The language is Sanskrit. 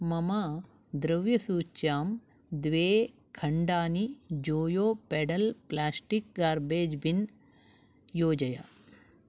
मम द्रव्यसूच्यां द्वे खण्डानि Joyo pedal plastic garbage bin योजय